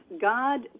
God